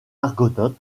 argonautes